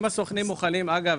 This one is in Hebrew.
אם הסוכנים מוכנים אגב,